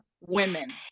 women